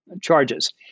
charges